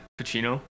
Pacino